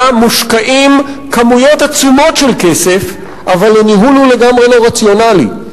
מושקעות כמויות עצומות של כסף אבל הניהול הוא לגמרי לא רציונלי.